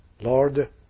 Lord